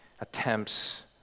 attempts